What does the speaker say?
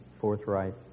forthright